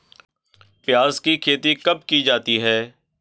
प्याज़ की खेती कब की जाती है?